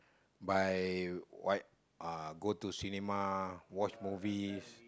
by what uh go to cinema watch movies